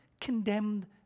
condemned